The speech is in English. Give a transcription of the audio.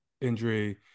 injury